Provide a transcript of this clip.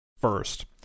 first